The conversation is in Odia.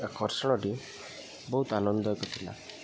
ଆକର୍ଷଣଟି ବହୁତ ଆନନ୍ଦଦାୟକ ଥିଲା